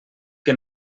que